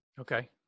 Okay